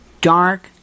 dark